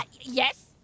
Yes